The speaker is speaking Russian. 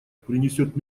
принесет